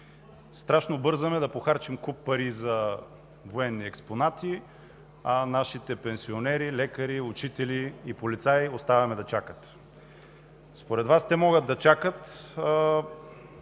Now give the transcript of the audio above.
Страшно бързаме да похарчим куп пари за военни експонати, а нашите пенсионери, лекари, учители и полицаи оставяме да чакат. Според Вас те могат да чакат,